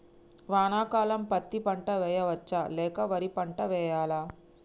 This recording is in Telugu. వానాకాలం పత్తి పంట వేయవచ్చ లేక వరి పంట వేయాలా?